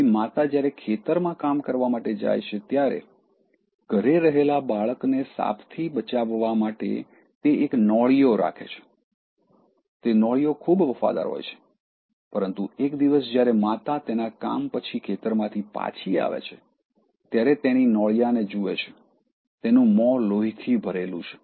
તેથી માતા જ્યારે ખેતરમાં કામ કરવા માટે જાય છે ત્યારે ઘરે રહેલા બાળકને સાપથી બચાવવા માટે તે એક નોળિયો રાખે છે તે નોળિયો ખૂબ વફાદાર હોય છે પરંતુ એક દિવસ જ્યારે માતા તેના કામ પછી ખેતરમાંથી પાછી આવે છે ત્યારે તેણી નોળિયાને જુએ છે તેનું મોં લોહીથી ભરેલું છે